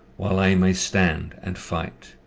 while i may stand and fight.